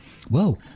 Whoa